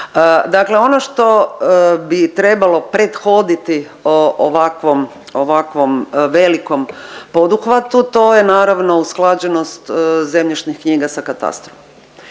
Dakle ono što bi trebalo prethoditi ovakvom, ovakvom velikom poduhvatu, to je naravno usklađenost zemljišnih knjiga sa katastrom.